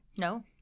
No